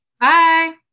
Bye